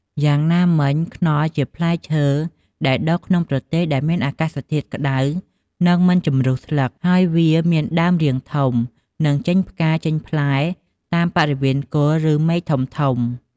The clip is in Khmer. យ៉ាងណាមិញ ខ្នុរជាផ្លែឈើ ដែលដុះក្នុងប្រទេសដែលមានអាកាសធាតុក្តៅ និងមិនជំរុះស្លឹក ហើយវាមានដើមរាងធំ និងចេញផ្កាចេញផ្លែតាមបរិវេណគល់ ឬមែកធំៗ។